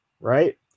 right